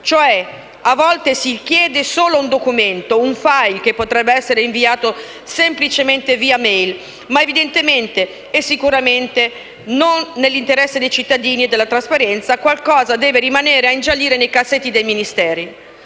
Cioè a volte si richiede solo un documento, un *file* che potrebbe essere inviato semplicemente via *mail*. Ma evidentemente, e sicuramente non nell'interesse dei cittadini e della trasparenza, qualcosa deve rimanere a ingiallire nei cassetti dei Ministeri.